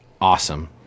Awesome